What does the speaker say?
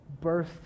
Birth